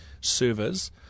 servers